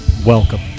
Welcome